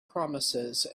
promises